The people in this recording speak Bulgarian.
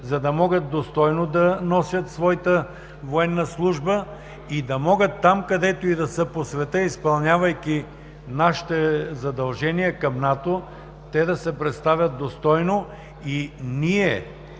за да могат достойно да носят своята военна служба, да могат, където и да са по света, изпълнявайки нашите задължения към НАТО, да се представят достойно. Ние,